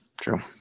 true